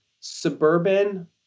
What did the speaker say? suburban